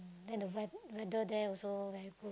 than the wea~ weather there also very good